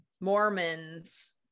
mormons